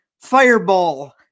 fireball